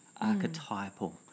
archetypal